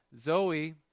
Zoe